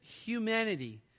humanity